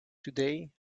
today